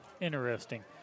Interesting